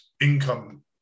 income